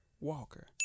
Walker